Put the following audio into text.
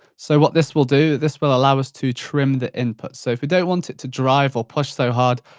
so, what this will do, this will allow us to trim the input so if you don't want it to drive or push so hard,